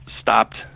stopped